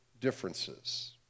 differences